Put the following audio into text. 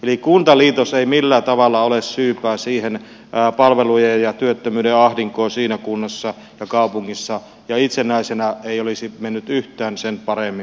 eli kuntaliitos ei millään tavalla ole syypää siihen palvelujen ja työttömyyden ahdinkoon siinä kunnassa ja kaupungissa eikä itsenäisenä olisi mennyt yhtään sen paremmin